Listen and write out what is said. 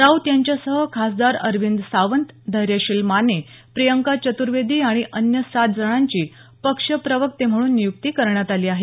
राऊत यांच्यासह खासदार अरविंद सावंत धैर्यशील माने प्रियंका चतुर्वेदी आणि अन्य सात जणांची पक्षप्रवक्ते म्हणून नियुक्ती करण्यात आली आहे